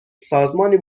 سازمانی